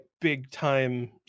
big-time